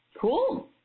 Cool